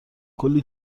کلی